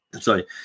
sorry